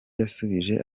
yasubije